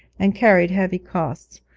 and carried heavy costs,